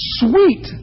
sweet